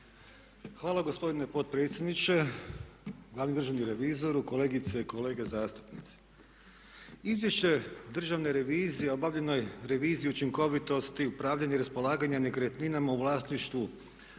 Hvala gospodine potpredsjedniče. Glavni državni revizoru, kolegice i kolege zastupnici. Izvješće Državne revizije o obavljenoj reviziji učinkovitosti, upravljanja i raspolaganje nekretninama u vlasništvu